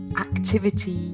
activity